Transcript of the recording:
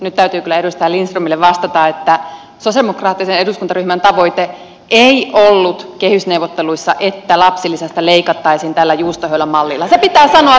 nyt täytyy kyllä edustaja lindströmille vastata että sosialidemokraattisen eduskuntaryhmän tavoite ei ollut kehysneuvotteluissa että lapsilisästä leikattaisiin tällä juustohöylämallilla se pitää sanoa rehellisesti ääneen